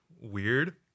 weird